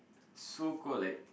so called like